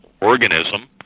organism